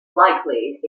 likely